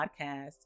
Podcast